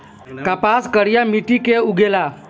कपास करिया माटी मे उगेला